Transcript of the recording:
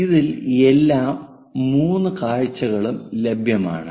ഇതിൽ എല്ലാ 3 കാഴ്ചകളും ലഭ്യമാണ്